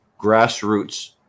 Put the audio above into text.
grassroots